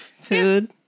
Food